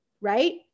right